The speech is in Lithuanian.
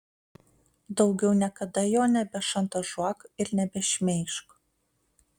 daugiau niekada jo nebešantažuok ir nebešmeižk